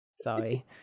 Sorry